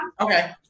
Okay